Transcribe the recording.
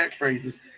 catchphrases